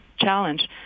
challenge